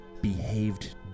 Behaved